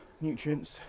nutrients